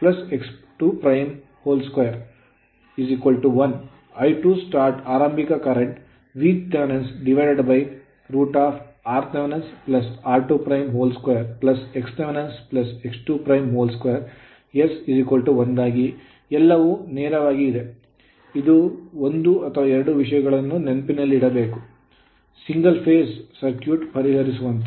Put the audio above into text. ಐ2ಸ್ಟಾರ್ಟ್ ಆರಂಭಿಕ current current Vthrthr22xthx22 s1 ಗಾಗಿ ಎಲ್ಲವೂ ನೇರವಾಗಿ ಇದೆ ನಾವು ಒಂದು ಅಥವಾ ಎರಡು ವಿಷಯಗಳನ್ನು ನೆನಪಿನಲ್ಲಿಡಬೇಕು single phase ಏಕ ಹಂತದ ಸರ್ಕ್ಯೂಟ್ ಪರಿಹರಿಸುವಂತೆ